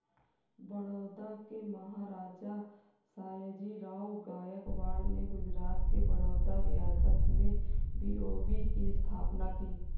बड़ौदा के महाराजा, सयाजीराव गायकवाड़ ने गुजरात के बड़ौदा रियासत में बी.ओ.बी की स्थापना की